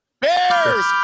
Bears